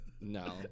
no